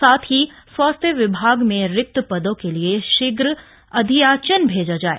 साथ ही स्वास्थ्य विभाग में रिक्त पदों के लिए शीघ्र अधियाचन भेजे जाय